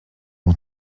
mon